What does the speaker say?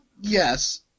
yes